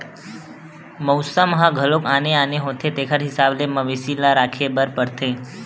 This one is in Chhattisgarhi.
मउसम ह घलो आने आने होथे तेखर हिसाब ले मवेशी ल राखे बर परथे